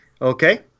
Okay